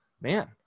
man